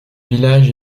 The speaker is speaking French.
village